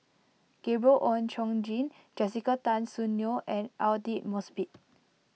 Gabriel Oon Chong Jin Jessica Tan Soon Neo and Aidli Mosbit